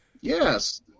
Yes